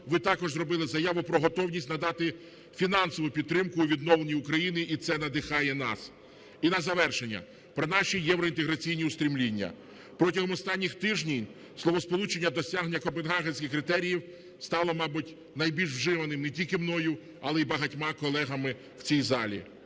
ви також зробили заяву про готовність надати фінансову підтримку у відновленні України, і це надихає нас. І на завершення. Про наші євроінтеграційні устремління. Протягом останніх тижнів словосполучення "досягнення Копенгагенських критеріїв" стало, мабуть, найбільш вживаним не тільки мною, але і багатьма колегами в цій залі.